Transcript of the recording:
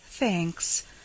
Thanks